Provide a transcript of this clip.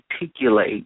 articulate